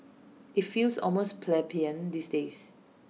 IT feels almost plebeian these days